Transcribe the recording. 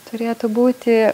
turėtų būti